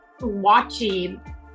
watching